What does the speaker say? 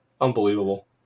Unbelievable